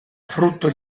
frutto